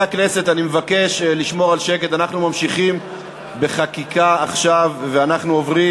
אנחנו ממשיכים בחקיקה ועכשיו אנחנו עוברים